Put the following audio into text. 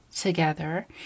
together